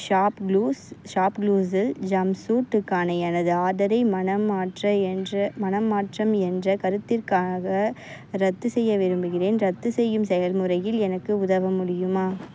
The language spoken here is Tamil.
ஷாப் க்ளூஸ் ஷாப் க்ளூஸில் ஜம்ப்சூட்க்கான எனது ஆர்டரை மனம் மாற்ற என்ற மனம் மாற்றம் என்ற காரணத்திற்காக ரத்து செய்ய விரும்புகிறேன் ரத்து செய்யும் செயல்முறையில் எனக்கு உதவ முடியுமா